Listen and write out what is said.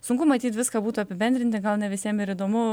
sunku matyt viską būtų apibendrinti gal ne visiem ir įdomu